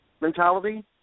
mentality